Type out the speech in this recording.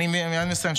אני מסיים מייד.